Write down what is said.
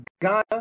Ghana